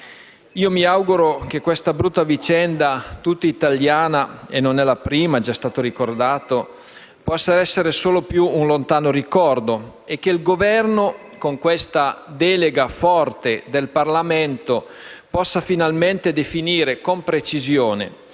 Mi auguro che questa brutta vicenda, tutta italiana - ci è stato ricordato che non è la prima - possa essere soltanto un lontano ricordo e che il Governo, con questa delega forte del Parlamento, possa finalmente definire con precisione